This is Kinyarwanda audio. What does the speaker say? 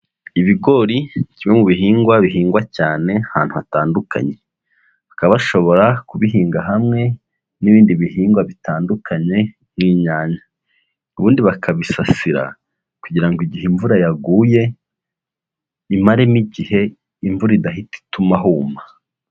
Ibigori kimwe mu bihingwa bihingwa cyane ahantu hatandukanye, bakaba bashobora kubihinga hamwe n'ibindi bihingwa bitandukanye nk'inyanya, ubundi bakabisasira kugira ngo igihe imvura yaguye imaremo igihe imvura idahita ituma huma.